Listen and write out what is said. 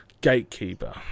Gatekeeper